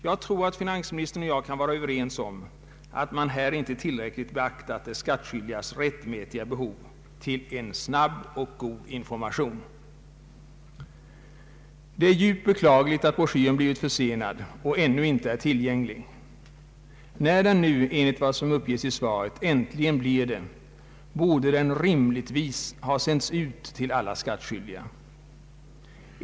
Jag tror att finansministern och jag kan vara överens om att man här inte till räckligt har beaktat de skattskyldigas rättmätiga behov av en god information. Det är djupt beklagligt att broschyren har blivit försenad och ännu inte är tillgänglig. När den nu äntligen blir det enligt vad som uppges i svaret, borde den rimligtvis ha sänts ut till alla skattskyldiga.